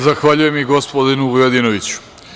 Zahvaljujem i gospodinu Vujadinoviću.